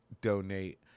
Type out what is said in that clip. donate